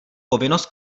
povinnost